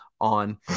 on